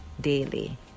daily